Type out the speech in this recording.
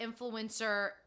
influencer